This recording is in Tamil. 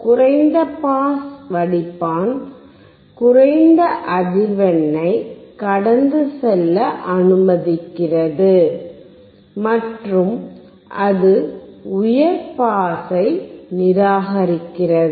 குறைந்த பாஸ் வடிப்பான் குறைந்த அதிர்வெண்ணை கடந்து செல்ல அனுமதிக்கிறது மற்றும் அது உயர் பாஸை நிராகரிக்கிறது